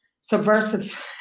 subversive